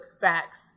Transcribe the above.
facts